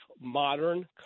modern